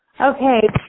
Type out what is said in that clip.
Okay